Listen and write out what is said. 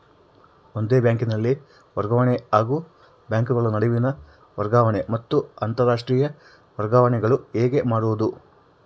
ಒಂದೇ ಬ್ಯಾಂಕಿನಲ್ಲಿ ವರ್ಗಾವಣೆ ಹಾಗೂ ಬ್ಯಾಂಕುಗಳ ನಡುವಿನ ವರ್ಗಾವಣೆ ಮತ್ತು ಅಂತರಾಷ್ಟೇಯ ವರ್ಗಾವಣೆಗಳು ಹೇಗೆ ಮಾಡುವುದು?